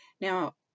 Now